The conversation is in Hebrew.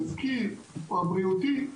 העסקי או הבריאותי.